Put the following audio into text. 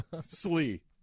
Slee